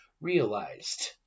realized